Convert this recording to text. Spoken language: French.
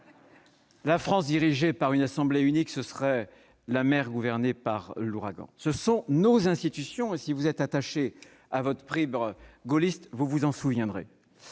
La France dirigée par une assemblée unique ; c'est-à-dire l'océan gouverné par l'ouragan. » Ce sont nos institutions et, si vous êtes attaché à votre fibre gaulliste, vous vous en souviendrez.